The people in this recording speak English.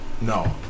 no